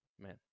Man